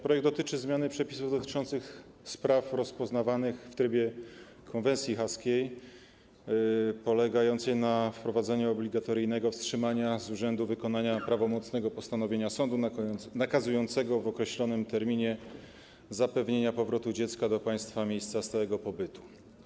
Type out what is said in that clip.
Projekt dotyczy zmiany przepisów odnoszących się do spraw rozpoznawanych w trybie konwencji haskiej i polega na wprowadzeniu obligatoryjnego wstrzymania z urzędu wykonania prawomocnego postanowienia sądu nakazującego w określonym terminie zapewnienie powrotu dziecka do państwa miejsca stałego pobytu.